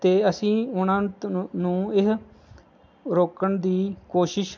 ਅਤੇ ਅਸੀਂ ਉਹਨਾਂ ਨੂੰ ਇਹ ਰੋਕਣ ਦੀ ਕੋਸ਼ਿਸ਼